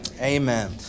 Amen